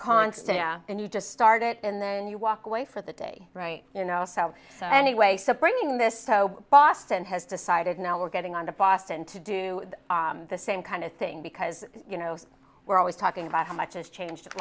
constant and you just start it and then you walk away for the day right you know so anyway so bringing this boston has decided now we're getting on to boston to do the same kind of thing because you know we're always talking about how much it's changed